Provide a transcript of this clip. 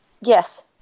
Yes